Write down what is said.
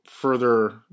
Further